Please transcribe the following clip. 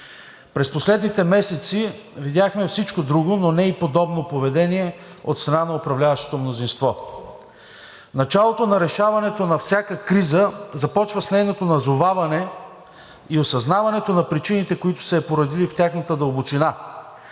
През последните месеци видяхме всичко друго, но не и подобно поведение от страна на управляващото мнозинство. Началото на решаването на всяка криза започва с нейното назоваване и осъзнаването на причините, които са я породили, в тяхната дълбочина.